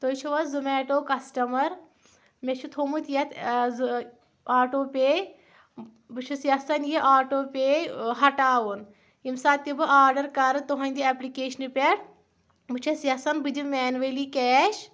تُہۍ چھِو حظ زومیٹو کَسٹمَر مےٚ چھُ تھومُت یَتھ آزٕ آٹو پے بہٕ چھس یژھان یہِ آٹو پے ہٹاوُن ییٚمہِ ساتہٕ تہِ بہٕ آرڈَر کَرٕ تُہٕنٛدِ ایپلِکیشنہٕ پؠٹھ بہٕ چھس یَژھان بہٕ دِمہٕ مینولی کیش